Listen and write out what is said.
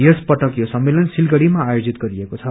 यस पटक यो सम्मेलन सिलगड़ीमा आयोजित गरिएको छ